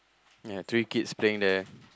ya three kids playing there